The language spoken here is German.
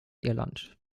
irland